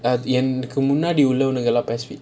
எனக்கு முக்காடி உள்ளவனுங்கலாம்:ennaku mukkaadi ullavanungalaam